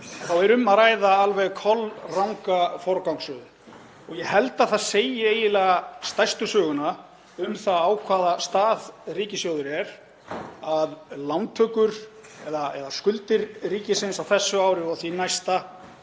þá er um að ræða alveg kolranga forgangsröðun. Ég held að það segi eiginlega stærstu söguna um það á hvaða stað ríkissjóður er varðandi lántökur eða skuldir ríkisins á þessu ári og því næsta,